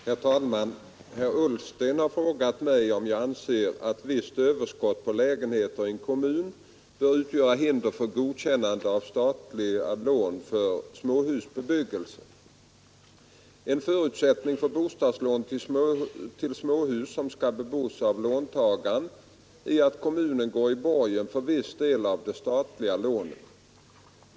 Herr talman! Herr Ullsten har frågat mig om jag anser att visst överskott på lägenheter i en kommun bör utgöra hinder för godkännande av statliga lån för småhusbebyggelse. En förutsättning för bostadslån till småhus som skall bebos av låntagaren är att kommunen går i borgen för viss del av det statliga lånet.